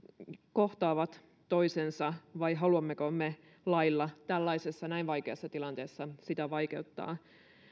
kohtaavat toisensa vai haluammeko me lailla tällaisessa näin vaikeassa tilanteessa sitä vaikeuttaa